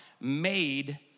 made